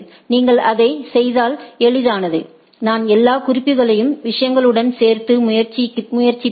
நீங்கள் அதைச் செய்தால் எளிதானது நான் எல்லா குறிப்புகளையும் விஷயங்களுடன் சேர்த்து முயற்சித்தேன்